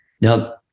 Now